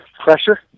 pressure